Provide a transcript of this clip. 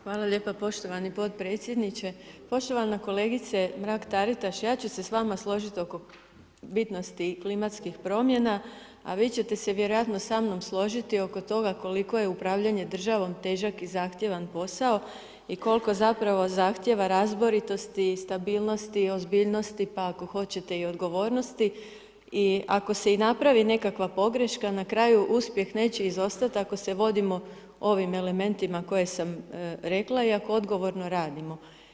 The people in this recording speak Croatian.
Hvala lijepa poštovani podpredsjedniče, poštovana kolegice Mrak-Taritaš ja ću se s vama složit oko bitnosti klimatskih promjena, a vi ćete se vjerojatno sa mnom složiti oko toga koliko je upravljanje državom težak i zahtjevan posao i koliko zapravo zahtjeva razboritosti i stabilnosti i ozbiljnosti, pa ako hoćete i odgovornosti i ako se i napravi nekakva pogreška na kraju uspjeh neće izostat ako se vodimo ovim elementima koje sam rekla i ako odgovorno radimo.